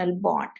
bond